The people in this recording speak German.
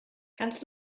kannst